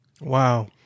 Wow